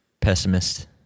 pessimist